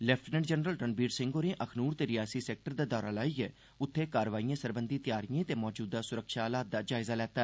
lieutenant general Ranbir Singh होरें अखनूर ते Reasi sector दा दौरा लाइयै उत्थें कार्रवाईएं सरबंधी तैयारिएं ते मौजूदा सुरक्षा हालात दा जायजा लैता